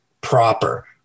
proper